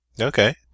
Okay